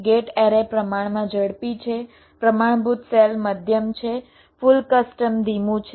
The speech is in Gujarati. ગેટ એરે પ્રમાણમાં ઝડપી છે પ્રમાણભૂત સેલ મધ્યમ છે ફુલ કસ્ટમ ધીમું છે